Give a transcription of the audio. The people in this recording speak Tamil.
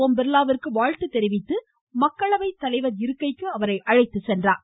ஓம் பிர்லாவிற்கு வாழ்த்து தெரிவித்து மக்களவை தலைவர் இருக்கைக்கு அழைத்து சென்றார்